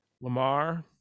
Lamar